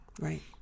Right